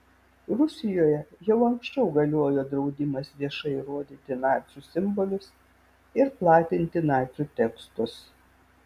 rusijoje jau anksčiau galiojo draudimas viešai rodyti nacių simbolius ir platinti nacių tekstus